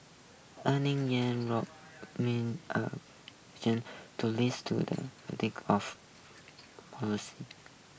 earlier Iran's to list to the of protesters